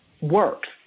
works